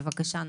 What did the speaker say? בבקשה.